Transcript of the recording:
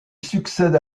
succède